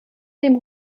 dem